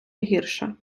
гірше